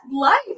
life